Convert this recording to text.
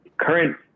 current